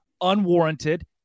unwarranted